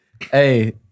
Hey